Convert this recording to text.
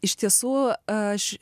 iš tiesų aš